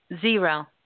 Zero